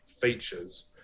features